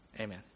amen